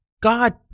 God